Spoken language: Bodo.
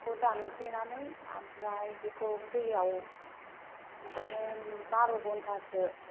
बेखौ दानफ्लेनानै आमफ्राय बेखौ दैआव बिदिनो बार' घन्टासो